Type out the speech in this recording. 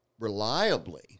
reliably